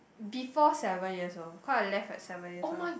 before seven years old cause I left at seven years old